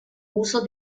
uso